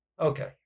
okay